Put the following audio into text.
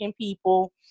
people